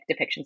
depictions